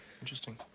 Interesting